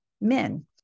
men